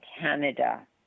Canada